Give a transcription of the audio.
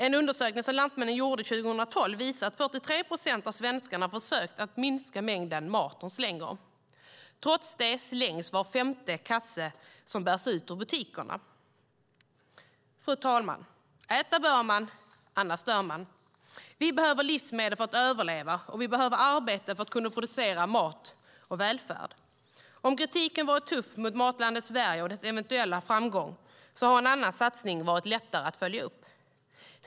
En undersökning som Lantmännen gjorde 2012 visar att 43 procent av svenskarna försökt att minska mängden mat de slänger. Trots det slängs var femte kasse som bärs ut ur butikerna. Fru talman! Äta bör man, annars dör man. Vi behöver livsmedel för att överleva, och vi behöver arbete för att kunna producera mat och välfärd. Om kritiken varit tuff mot Matlandet Sverige och dess eventuella framgång har en annan satsning varit lättare att följa upp.